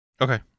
Okay